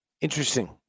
Interesting